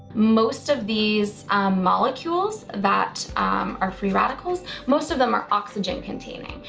most of these molecules that are free radicals, most of them are oxygen containing.